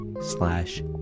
slash